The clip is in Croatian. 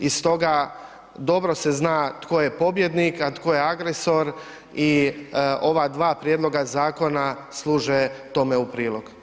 I stoga dobro se zna tko je pobjednik, a tko je agresor i ova dva prijedloga zakona služe tome u prilog.